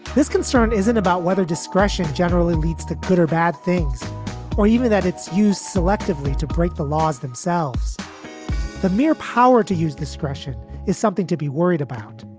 this concern isn't about whether discretion generally leads to good or bad things or even that it's used selectively to break the laws themselves the mere power to use discretion is something to be worried about.